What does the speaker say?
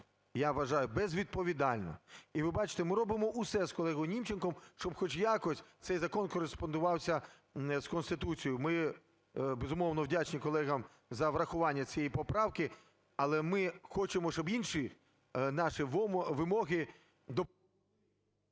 я вважаю, безвідповідально. І ви бачите, ми робимо усе з колегоюНімченком, щоб хоч якось цей закон кореспондувався з Конституцією. Ми, безумовно, вдячні колегам за врахування цієї поправки, але ми хочемо, щоб інші наші вимоги… ГОЛОВУЮЧИЙ.